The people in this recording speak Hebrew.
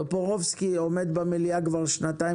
חבר הכנסת טופורובסקי עומד במליאה כבר שנתיים